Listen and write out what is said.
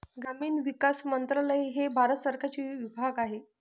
ग्रामीण विकास मंत्रालय हे भारत सरकारचे विभाग आहे